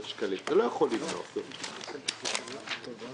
46 לפקודת מס הכנסה מכתבך מיום א' אייר תשע"ט (06 במאי 2019)